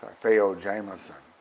theo jamison,